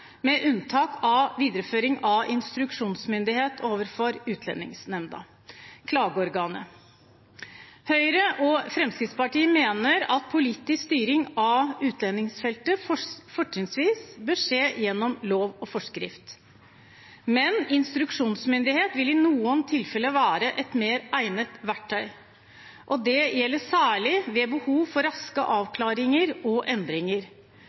med unntak av videreføring av instruksjonsmyndighet overfor Utlendingsnemnda, klageorganet. Høyre og Fremskrittspartiet mener at politisk styring av utlendingsfeltet fortrinnsvis bør skje gjennom lov og forskrift, men instruksjonsmyndighet vil i noen tilfeller være et mer egnet verktøy, det gjelder særlig ved behov for raske avklaringer og endringer.